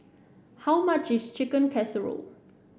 how much is Chicken Casserole